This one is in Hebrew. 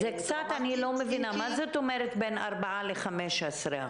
אני לא מבינה, מה זאת אומרת בין 4% ל-15%?